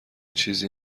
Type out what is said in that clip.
چیزی